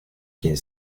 quien